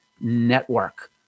Network